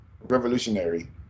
revolutionary